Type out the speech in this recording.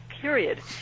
period